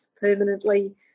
permanently